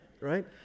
Right